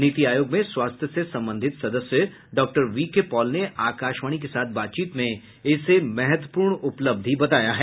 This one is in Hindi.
नीति आयोग में स्वास्थ्य से संबंधित सदस्य डॉक्टर वीके पॉल ने आकाशवाणी के साथ बातचीत में इसे महत्वपूर्ण उपलब्धि बताया है